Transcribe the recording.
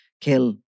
kill